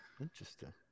Interesting